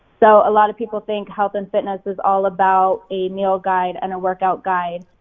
so a lot of people think health and fitness is all about a meal guide and a workout guide,